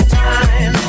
time